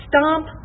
stomp